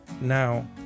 now